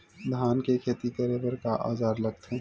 धान के खेती करे बर का औजार लगथे?